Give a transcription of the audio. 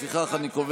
לפיכך, אני קובע